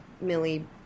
Millie